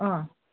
ꯑꯪ